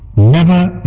never